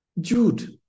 Jude